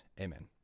Amen